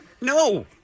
No